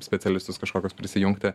specialistus kažkokios prisijungti